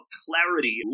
clarity